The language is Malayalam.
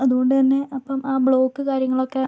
അതുകൊണ്ടുതന്നെ അപ്പം ആ ബ്ലോക്ക് കാര്യങ്ങളൊക്കെ